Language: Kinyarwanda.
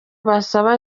basaba